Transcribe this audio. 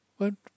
Won't